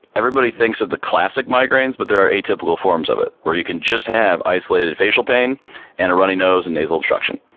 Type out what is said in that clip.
everybody thinks of the classic migraines, but there are atypical forms of it where you can just have isolated facial pain and a runny nose and nasal obstruction.